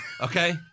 okay